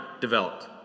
developed